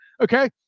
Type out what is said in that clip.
okay